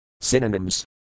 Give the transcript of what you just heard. Synonyms